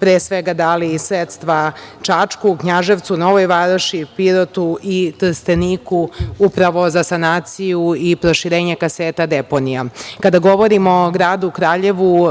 pre svega, dali i sredstva Čačku, Knjaževcu, Novoj Varoši, Pirotu i Trsteniku upravo za sanaciju i proširenje kaseta deponija. Kada govorimo o gradu Kraljevu,